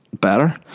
better